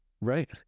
right